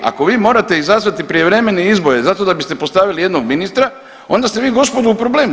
Ako vi morate izazvati prijevremene izbore zato da biste postavili jednog ministra onda ste vi gospodo u problemu.